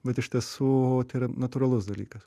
bet iš tiesų yra natūralus dalykas